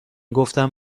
گفتم